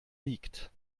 liegt